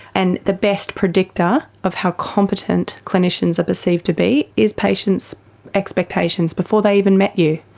and the best predictor of how competent clinicians are perceived to be is patients' expectations before they even met you.